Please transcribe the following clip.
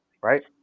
Right